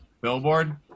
Billboard